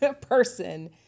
person